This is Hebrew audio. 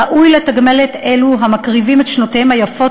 ראוי לתגמל את אלו המקריבים את שנותיהם היפות